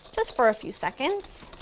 just for a few seconds,